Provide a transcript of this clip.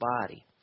body